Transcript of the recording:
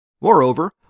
Moreover